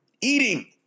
eating